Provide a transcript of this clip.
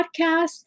podcast